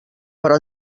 però